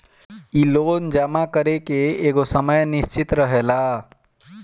इ लोन जमा करे के एगो समय निश्चित रहेला